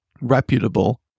reputable